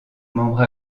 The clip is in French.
membre